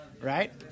right